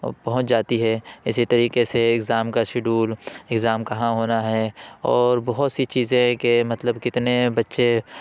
پہنچ جاتی ہے اسی طریقے سے ایگزام کا شیڈول ایگزام کہاں ہونا ہے اور بہت سی چیزیں ہیں کہ مطلب کتنے بچے